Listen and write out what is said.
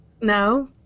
no